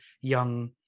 young